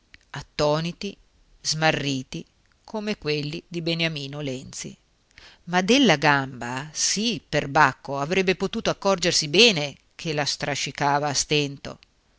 attoniti smarriti come quelli di beniamino lenzi ma della gamba sì perbacco avrebbe potuto accorgersi bene che la strascicava a stento